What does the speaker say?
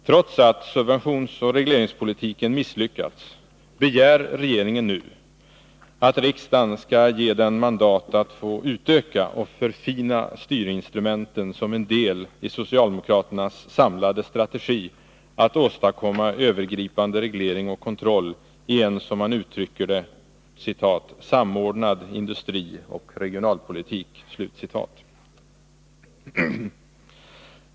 Trots att subventionsoch regleringspolitiken misslyckats begär regeringen nu att riksdagen skall ge den mandat att få utöka och förfina styrinstrumenten som en del i socialdemokraternas samlade strategi för att åstadkomma en övergripande reglering och kontroll i en, som man uttrycker det, ”samordnad industrioch regionalpolitik”.